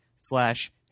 slash